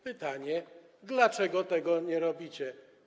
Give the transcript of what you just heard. Pytanie, dlaczego tego nie robicie.